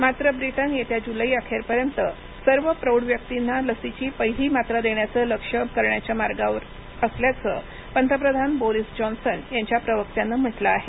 मात्र ब्रिटन येत्या जुलै अखेरपर्यंत सर्व प्रौढ व्यक्तींना लसीची पहिली मात्रा देण्याचं लक्ष्य पूर्ण करण्याच्या मार्गावर असल्याचं पंतप्रधान बोरिस जॉन्सन यांच्या प्रवक्त्यानं म्हटलं आहे